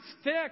stick